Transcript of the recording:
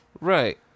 right